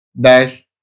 dash